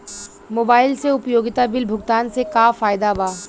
Mobile से उपयोगिता bill भुगतान से का फायदा बा?